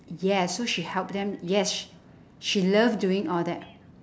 yes so she help them yes sh~ she love doing all that